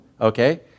okay